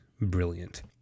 brilliant